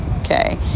Okay